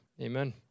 amen